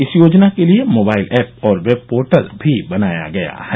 इस योजना के लिए मोबाइल ऐप और वेब पोर्टल भी बनाया गया है